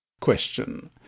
Question